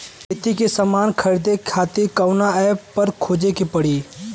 खेती के समान खरीदे खातिर कवना ऐपपर खोजे के पड़ी?